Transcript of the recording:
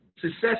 Success